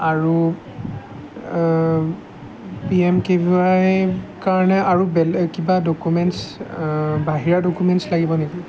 আৰু P M K V Y ৰ কাৰণে আৰু বেলেগ কিবা ডকুমেণ্টছ বাহিৰা ডকুমেণ্টছ লাগিব নেকি